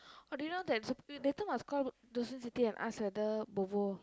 oh do you know that later must call Josephine சித்திsiththi and ask whether Bobo